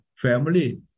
family